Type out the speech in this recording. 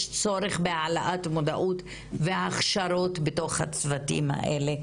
צורך בהעלאת המודעות והכשרות בתוך הצוותים האלה,